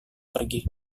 pergi